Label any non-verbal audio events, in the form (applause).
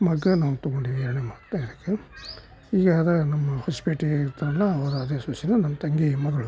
ಮಗನ ನಾವು ತಗೊಂಡಿದೀವಿ ಎರಡನೇ ಮಗ (unintelligible) ಈಗ ಅದೇ ನಮ್ಮ ಹೊಸ್ಪೇಟೆ ಇರ್ತಾಳಲ್ಲ ಅವರು ಅದೇ ಸೊಸೆನು ನಮ್ಮ ತಂಗಿ ಮಗಳು